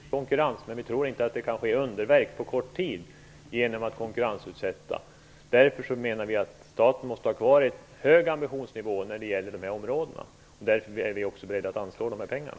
Herr talman! Vi tror på fri konkurrens, men vi tror inte att det kan ske underverk på kort tid genom konkurrens. Därför menar vi att staten måste ha kvar en hög ambitionsnivå när det gäller de här områdena. Därför är vi också beredda att anslå de här pengarna.